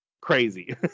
crazy